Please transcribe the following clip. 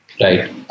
Right